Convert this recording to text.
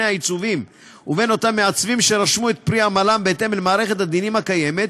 העיצובים ובין אותם מעצבים שרשמו את פרי עמלם בהתאם למערכת הדינים הקיימת,